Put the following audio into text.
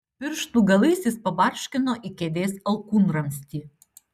pirštų galais jis pabarškino į kėdės alkūnramstį